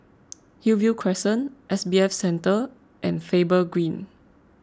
Hillview Crescent S B F Center and Faber Green